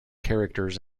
characters